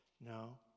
No